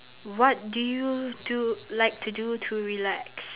what do you do like to do to relax